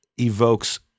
evokes